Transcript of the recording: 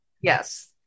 yes